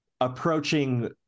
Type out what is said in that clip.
Approaching